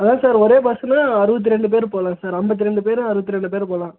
அதான் சார் ஒரே பஸ்ஸுன்னா அறுபத்தி ரெண்டு பேர் போகலாம் சார் ஐம்பத்தி ரெண்டு பேர் அறுபத்தி ரெண்டு பேர் போகலாம்